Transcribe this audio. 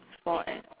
for an